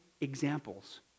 examples